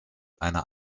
einer